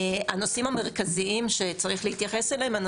הנושאים המרכזיים שצריך להתייחס אליהם הם